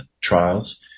trials